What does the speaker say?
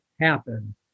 happen